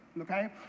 Okay